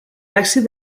lèxic